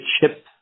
chip